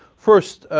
first,